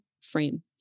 frame